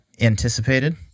anticipated